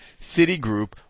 Citigroup